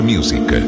Music